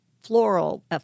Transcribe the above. floral